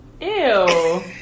ew